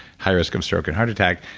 higher risk of stroke and heart attack,